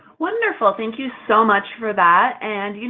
wonderful, thank you so much for that. and, you know,